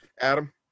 Adam